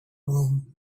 room